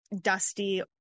dusty